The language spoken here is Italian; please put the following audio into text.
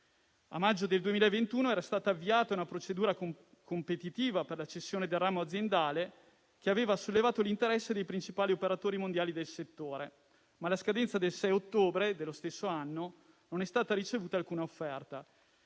a maggio 2021 era stata avviata una procedura competitiva per la cessione del ramo aziendale, che aveva sollevato l'interesse dei principali operatori mondiali del settore, ma alla data di scadenza del 6 ottobre 2021 non è stata ricevuta alcuna offerta;